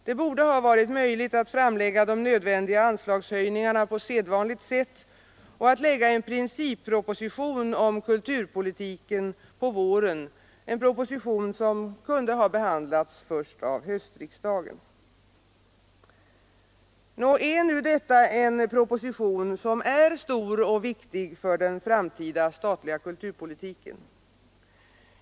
Det borde ha varit möjligt att framlägga de nödvändiga anslagshöjningarna på sedvanligt sätt och att lägga en principproposition om kulturpolitiken på våren, en proposition som kunde ha behandlats först av höstriksdagen. Nå, är nu detta en proposition som är stor och viktig för den framtida statliga kulturpolitiken?